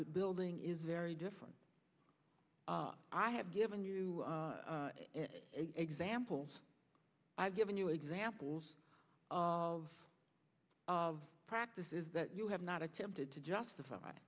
building is very different i have given you examples i've given you examples of of practices that you have not attempted to justify